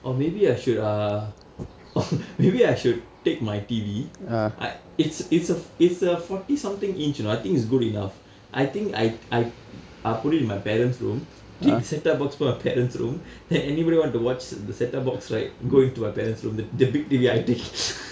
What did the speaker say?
or maybe I should ah or maybe I should take my T_V I it's it's a it's a forty something inch you know I think it's good enough I think I I I put it in my parents room take the set up box put in my parent's room then anybody want to watch the set up box right go into my parents the the big T_V I take